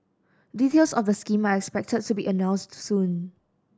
details of the scheme are expected to be announced soon